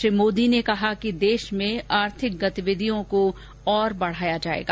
श्री मोदी ने कहा कि देश में आर्थिक गतिविधियों को और बढाया जाएगा